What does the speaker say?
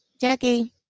Jackie